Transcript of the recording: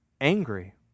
angry